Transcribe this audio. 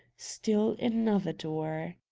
still another door.